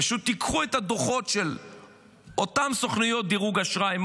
פשוט תיקחו את הדוחות של אותן סוכנויות דירוג האשראי,